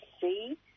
see